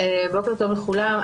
בוקר טוב לכולם,